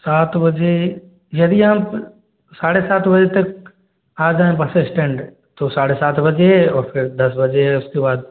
सात बजे यदि आप साढ़े सात बजे तक आ जाएँ बस स्टैन्ड तो साढ़े साथ बजे और फिर दस बजे है उसके बाद